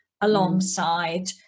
alongside